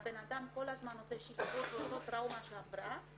והבנאדם כל הזמן עושה שחזור של אותה טראומה שהוא עבר,